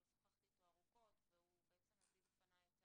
אבל שוחחתי איתו ארוכות והוא הביא בפניי את